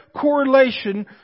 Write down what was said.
correlation